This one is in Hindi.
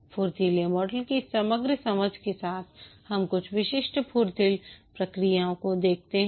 फुर्तीली मॉडल की इस समग्र समझ के साथ हम कुछ विशिष्ट फुर्तील प्रक्रियाओं को देखते हैं